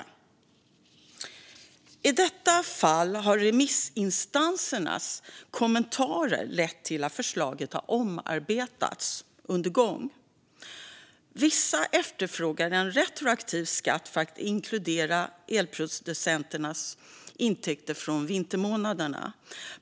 I detta fall har remissinstansernas kommentarer lett till att förslaget har omarbetats under tidens gång. Vissa efterfrågar en retroaktiv skatt för att inkludera elproducenternas intäkter från vintermånaderna.